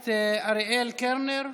הכנסת אריאל קלנר,